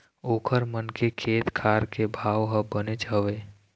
ओखर मन के खेत खार के भाव ह बनेच हवय